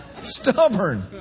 Stubborn